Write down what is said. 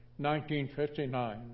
1959